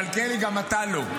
מלכיאלי, גם אתה לא.